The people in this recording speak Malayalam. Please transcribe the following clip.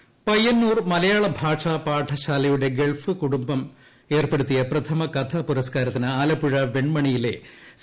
കഥാ പുരസ്കാരം പയ്യന്നൂർ മലയാള ഭാഷാ പാഠശാലയുടെ ഗൾഫ് കുടുംബം ഏർപ്പെടുത്തിയ പ്രഥമ കഥ പുരസ്കാരത്തിന് ആലപ്പുഴ വെൺമണിയിലെ സി